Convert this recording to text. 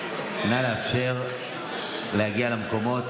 אין לך מושג על מה מדובר.